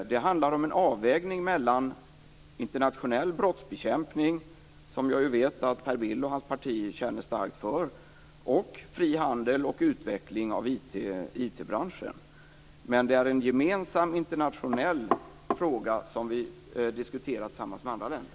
Det handlar om en avvägning mellan internationell brottsbekämpning, som jag vet att Per Bill och hans parti känner starkt för, och fri handel och utveckling av IT branschen. Det är en gemensam internationell fråga som vi diskuterar tillsammans med andra länder.